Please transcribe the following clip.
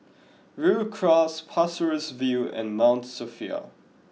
Rhu Cross Pasir Ris View and Mount Sophia